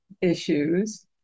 issues